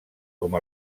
com